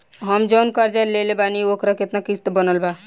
हम जऊन कर्जा लेले बानी ओकर केतना किश्त बनल बा?